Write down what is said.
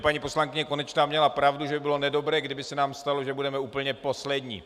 Paní poslankyně Konečná měla pravdu, že by bylo nedobré, kdyby se nám stalo, že budeme úplně poslední.